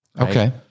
Okay